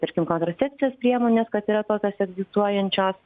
tarkim kontracepcijos priemones kad yra tokios egzistuojančios